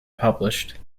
published